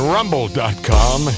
Rumble.com